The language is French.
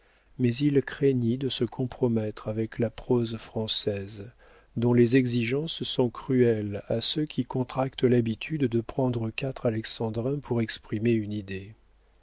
mais il craignit de se compromettre avec la prose française dont les exigences sont cruelles à ceux qui contractent l'habitude de prendre quatre alexandrins pour exprimer une idée